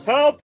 Help